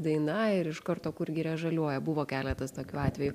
daina ir iš karto kur giria žaliuoja buvo keletas tokių atvejų